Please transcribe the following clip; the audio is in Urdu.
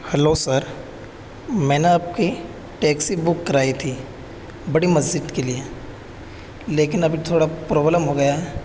ہلو سر میں نے آپ کی ٹیکسی بک کرائی تھی بڑی مسجد کے لیے لیکن ابھی تھوڑا پرابلم ہو گیا ہے